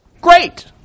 great